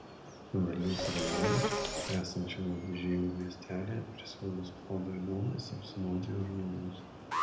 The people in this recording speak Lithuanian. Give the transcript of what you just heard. vilniaus rajone esančiame avižienių miestelyje prisvilus puodui dūmais apsinuodijo žmogus